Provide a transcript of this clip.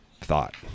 thought